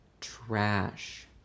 Trash